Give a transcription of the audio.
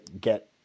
get